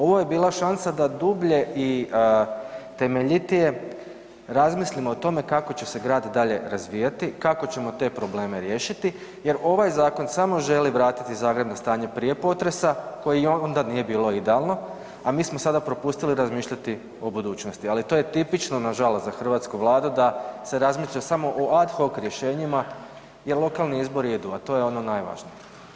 Ovo je bila šansa da dublje i temeljitije razmislimo o tome kako će se grad dalje razvijati, kako ćemo te probleme riješiti jer ovaj zakon samo želi riješiti jer ovaj zakon samo želi vratiti Zagreb na stanje prije potresa koji i onda nije bilo idealno, a mi smo sada propustili razmišljati o budućnosti, ali to je tipično nažalost za hrvatsku Vladu da se razmišlja samo o ad hoc rješenjima jer lokalni izbori idu, a to je ono najvažnije.